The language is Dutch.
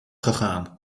gegaan